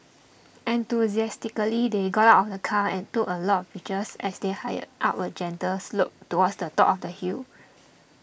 enthusiastically they got out of the car and took a lot of pictures as they hiked up a gentle slope towards the top of the hill